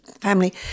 family